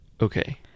okay